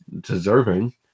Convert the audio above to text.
deserving